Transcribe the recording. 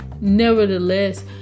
Nevertheless